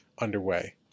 underway